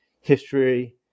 history